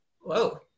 whoa